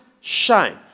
shine